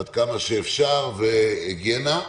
עד כמה שאפשר, והיגיינה.